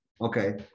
okay